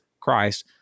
Christ